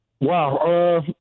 Wow